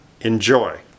Enjoy